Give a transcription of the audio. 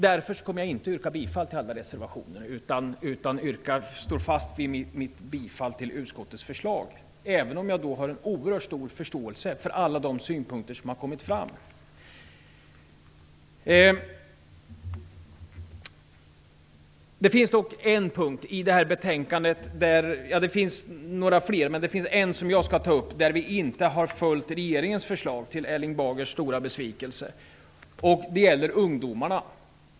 Därför kommer jag inte att yrka bifall till alla reservationer utan står fast vid mitt yrkande om bifall till utskottets förslag, även om jag har en oerhört stor förståelse för alla de synpunkter som kommit fram. Det finns dock en punkt i betänkandet som jag skall ta upp och där vi inte följt regeringens förslag, till Erling Bagers stora besvikelse. Det gäller ungdomarna.